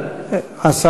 תודה לחבר הכנסת מקלב.